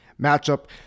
matchup